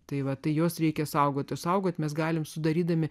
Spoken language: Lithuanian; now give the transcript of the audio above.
tai va tai jos reikia saugoti saugoti mes galime sudarydami